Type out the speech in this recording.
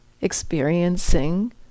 experiencing